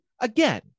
again